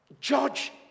judge